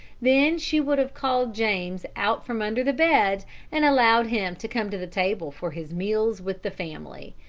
then she would have called james out from under the bed and allowed him to come to the table for his meals with the family.